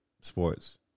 sports